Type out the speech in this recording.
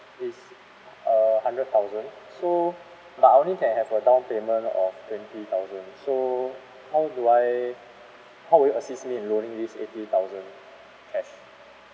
it's a hundred thousand so but I only can have a down payment of twenty thousand so how do I how will you assist me in loaning this eighty thousand cash